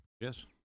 Yes